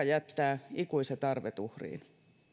jättää ikuiset arvet uhriin